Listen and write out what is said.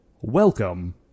Welcome